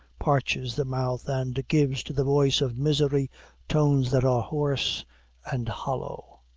parches the mouth and gives to the voice of misery tones that are hoarse and hollow.